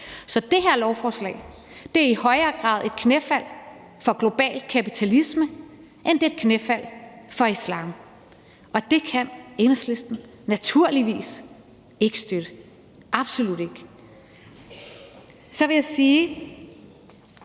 Så det her lovforslag er i højere grad et knæfald for global kapitalisme, end det er et knæfald for islam, og det kan Enhedslisten naturligvis ikke støtte – absolut ikke. Kl. 12:36 Så vil jeg sige